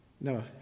No